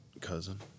Cousin